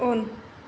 उन